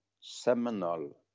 seminal